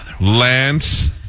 Lance